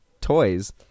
toys